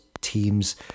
teams